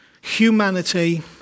humanity